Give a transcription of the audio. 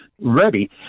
ready